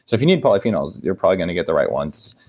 so if you need polyphenols, you're probably going to get the right ones.